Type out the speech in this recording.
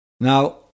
Now